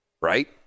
right